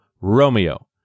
Romeo